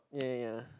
ya ya ya